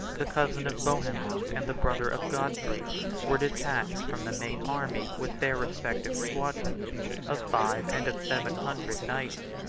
the cousin of bohemond and the brother of godfrey were detached from the main army with their respective squadrons of five, and of seven, hundred knights.